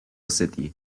city